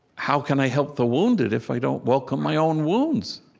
how can i help the wounded if i don't welcome my own wounds?